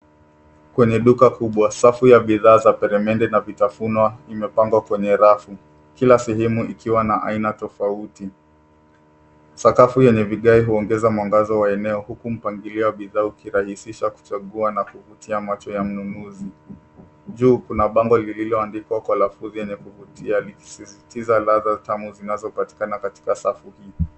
Kwenye duka kubwa safu ya bidhaa za peremende na vitavuno vimepangwa kwenye rafu. Kila sehemu ikiwa na aina tafauti, sakafu yenye vigai huongeza mwangaza wa eneo huku mpangilio wa bidhaa ukiraisisha ujakua kufutia macho ya mnunuzi. Juu kuna bango lililoandikwa Kwa lafudhi yenye kufutia likisisitisa ladha tamu zinazopatikana katika safu hii.